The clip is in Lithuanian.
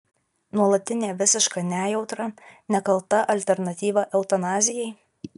nuolatinė visiška nejautra nekalta alternatyva eutanazijai